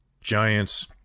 Giants